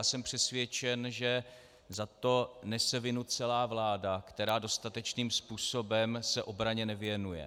Jsem přesvědčen, že za to nese vinu celá vláda, která dostatečným způsobem se obraně nevěnuje.